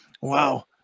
Wow